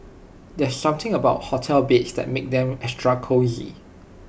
there's something about hotel beds that makes them extra cosy